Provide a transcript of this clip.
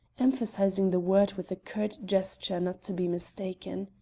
emphasizing the word with a curt gesture not to be mistaken.